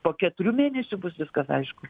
po keturių mėnesių bus viskas aišku